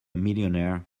millionaire